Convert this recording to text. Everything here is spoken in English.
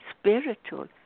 spiritual